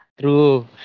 True